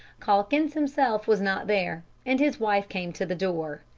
calkins himself was not there, and his wife came to the door.